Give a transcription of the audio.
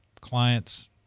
clients